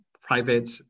private